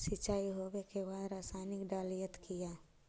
सीचाई हो बे के बाद रसायनिक डालयत किया?